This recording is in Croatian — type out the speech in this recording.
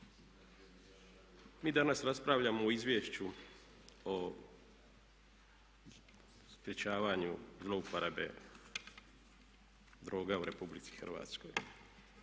Mi danas raspravljamo o Izvješću o sprječavanju zlouporabe droga u RH i što